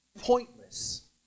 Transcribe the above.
pointless